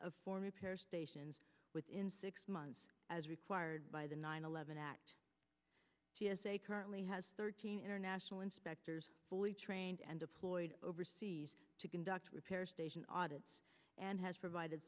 of for repair stations within six months as required by the nine eleven act t s a currently has thirteen international inspectors fully trained and deployed overseas to conduct repair station audits and has provided